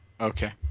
Okay